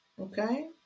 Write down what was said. Okay